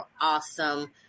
awesome